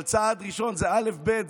אבל צעד ראשון זה אלף-בית,